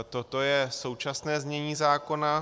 Toto je současné znění zákona.